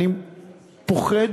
אני פוחד,